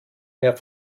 mehr